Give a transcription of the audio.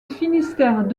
finistère